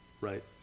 right